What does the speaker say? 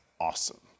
awesome